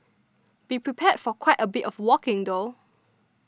be prepared for quite a bit of walking though